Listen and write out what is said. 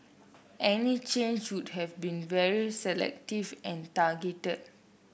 any change would have to be very selective and targeted